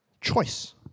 choice